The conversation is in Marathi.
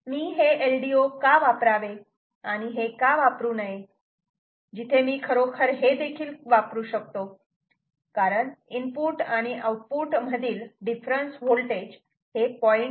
मी हे LDO का वापरावे आणि हे का वापरू नये जिथे मी खरोखर हे देखील करू शकतो कारण इनपुट आणि आउटपुट मधील डिफरन्स होल्टेज 0